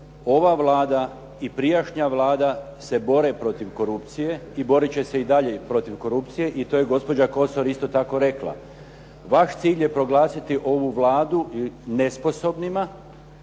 ova Vlada i prijašnja Vlada se bore protiv korupcije i borit će se i dalje protiv korupcije i to je gospođa Kosor isto tako rekla. Vaš cilj je proglasiti ovu Vladu nesposobnima.